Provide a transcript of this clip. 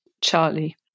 Charlie